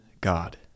God